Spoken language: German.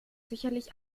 sicherlich